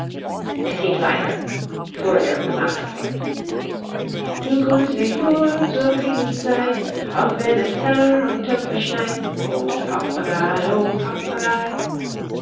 es geht weiter fuhr der hutmacher fort du grünst nicht nur zur friedenszeit auch wenn es teller und töpfe schneit o papagei o papagei